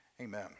Amen